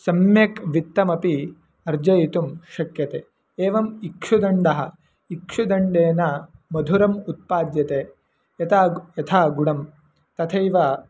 सम्यक् वित्तमपि अर्जयितुं शक्यते एवम् इक्षुदण्डः इक्षुदण्डेन मधुरम् उत्पाद्यते यथा यथा गुडं तथैव